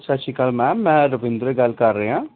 ਸਤਿ ਸ਼੍ਰੀ ਅਕਾਲ ਮੈਮ ਮੈਂ ਰਵਿੰਦਰ ਗੱਲ ਕਰ ਰਿਹਾਂ